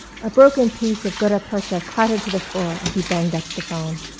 a broken piece of gutta-percha clattered to the floor as he banged up the phone.